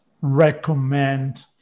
recommend